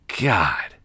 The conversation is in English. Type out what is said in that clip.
God